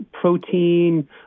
protein